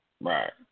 Right